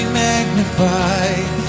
magnified